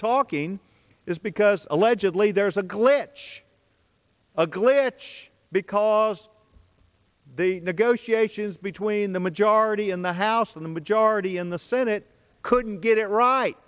talking is because allegedly there's a glitch a glitch because the negotiations between the majority in the house and the majority in the senate couldn't get it right